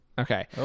Okay